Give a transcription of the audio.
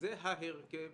וזה ההרכב